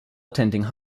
attending